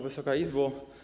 Wysoka Izbo!